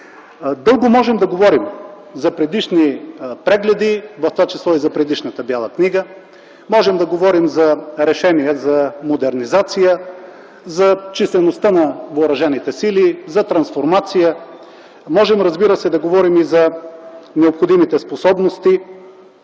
Дълго можем да говорим за предишни прегледи, в т.ч. и за предишната Бяла книга. Можем да говорим за решение за модернизация, за числеността на въоръжените сили, за трансформация. Можем, разбира се, да говорим и за необходимите способности.